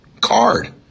card